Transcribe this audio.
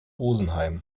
rosenheim